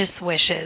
wishes